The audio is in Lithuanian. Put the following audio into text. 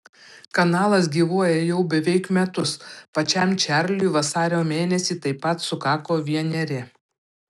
kanalas gyvuoja jau beveik metus pačiam čarliui vasario mėnesį taip pat sukako vieneri